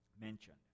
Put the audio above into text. mentioned